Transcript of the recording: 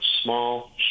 small